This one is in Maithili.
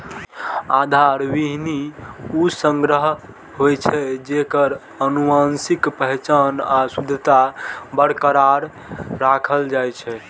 आधार बीहनि ऊ संग्रह होइ छै, जेकर आनुवंशिक पहचान आ शुद्धता बरकरार राखल जाइ छै